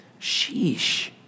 Sheesh